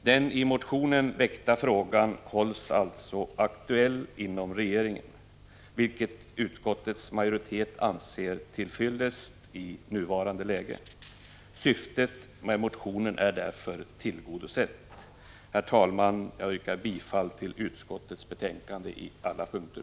Den i motionen väckta frågan hålls alltså aktuell inom regeringen, vilket utskottsmajoriteten anser vara till fyllest i nuvarande läge. Syftet med motionen är därmed tillgodosett. Herr talman! Jag yrkar bifall till utskottets hemställan på alla punkter.